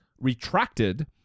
retracted